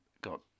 got